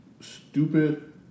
stupid